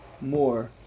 more